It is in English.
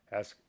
ask